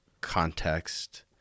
context